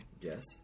Yes